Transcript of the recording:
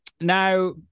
now